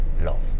love